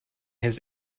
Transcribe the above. his